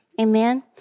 amen